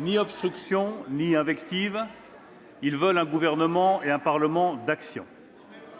ni obstruction, ni invectives. Ils veulent un Gouvernement et un Parlement d'action.